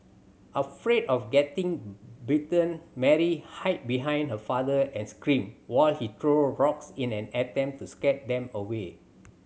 afraid of getting bitten Mary hide behind her father and screamed while he threw rocks in an attempt to scare them away